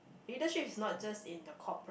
leadership is not just in the corporate